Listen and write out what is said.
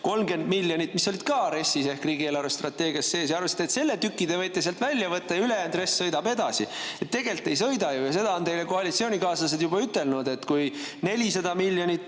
430 miljonit, mis olid ka RES-is ehk riigi eelarvestrateegias sees. Te arvasite, et selle tüki te võite sealt välja võtta ja ülejäänud RES sõidab edasi, aga tegelikult ei sõida ju. Ja seda on teile koalitsioonikaaslased juba ütelnud, et kui 400 miljonit